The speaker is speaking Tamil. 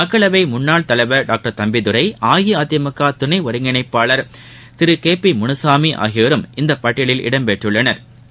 மக்களவை முன்னாள் தலைவர் டாக்டர் தம்பிதுரை அஇஅதிமுக துணை ஒருங்கிணைப்பாளர் திரு கே பி முனுசாமி ஆகியோரும் இப்பட்டியலில் இடம் பெற்றுள்ளனா்